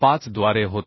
5 द्वारे होते